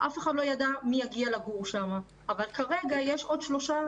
אף אחד לא ידע מי יגיע לגור שם אבל כרגע יש עוד שלושה